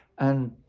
and,